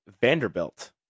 Vanderbilt